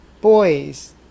boys